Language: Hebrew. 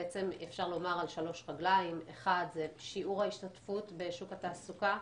אפשר לומר על שלוש רגליים: אחת היא שיעור ההשתתפות בשוק התעסוקה,